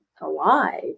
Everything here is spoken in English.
alive